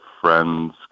friends